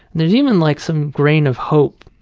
there's even like some grain of hope